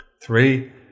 Three